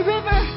River